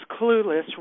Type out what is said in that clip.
clueless